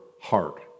heart